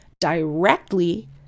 directly